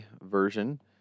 version